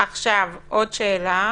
עוד שאלה.